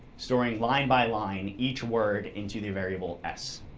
storing line by line each word into the variable s.